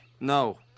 No